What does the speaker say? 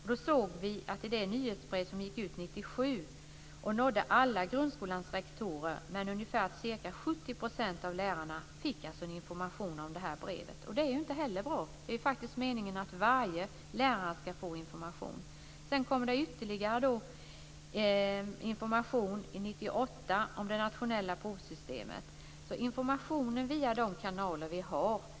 Det gick ut ett nyhetsbrev 1997, som nådde alla grundskolans rektorer. Ungefär 70 % av lärarna fick information om brevet. Det är ju inte heller bra. Det är faktiskt meningen att varje lärare skall få information. Sedan kom det ytterligare information 1998 om det nationella provsystemet, så information går ut via de kanaler vi har.